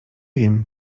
wiem